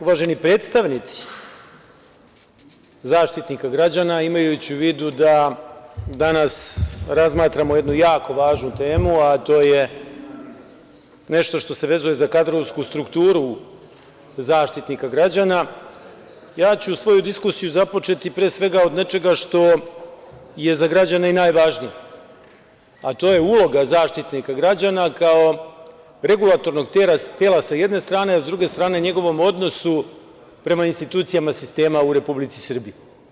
Uvaženi predstavnici Zaštitnika građana, imajući u vidu da danas razmatramo jednu jako važnu temu, a to je nešto što se vezuje za kadrovsku strukturu Zaštitnika građana, ja ću svoju diskusiju započeti, pre svega, od nečega što je za građane i najvažnije, a to je uloga Zaštitnika građana, kao regulatornog tela sa jedne strane, a sa druge strane, njegovom odnosu prema institucijama sistema u Republici Srbiji.